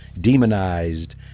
demonized